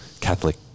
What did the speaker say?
Catholic